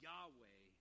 Yahweh